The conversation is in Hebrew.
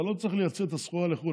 אתה לא צריך לייצא את הסחורה לחו"ל.